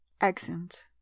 Accent